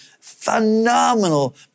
phenomenal